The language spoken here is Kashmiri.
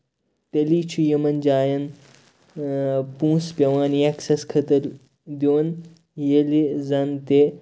تیٚلے چھُ یِمن جاین اۭں پونٛسہٕ پیٚوان ایٚکسیٚس خٲطرٕ دیُن ییٚلہِ زَن تہِ